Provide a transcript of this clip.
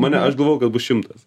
mane aš galvojau kad bus šimtas